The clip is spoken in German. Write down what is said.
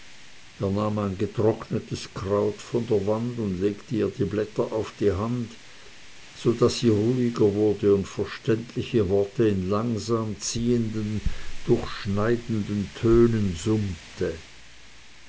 ein getrocknetes kraut von der wand und legte ihr die blätter auf die hand so daß sie ruhiger wurde und verständliche worte in langsam ziehenden durchschneiden den tönen summte